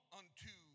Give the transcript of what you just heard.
unto